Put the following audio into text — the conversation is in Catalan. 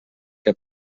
que